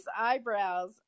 eyebrows